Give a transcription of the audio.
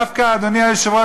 אדוני היושב-ראש,